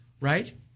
right